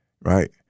right